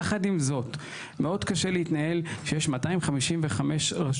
יחד עם זאת, מאוד קשה להתנהל כשיש 256 רשויות.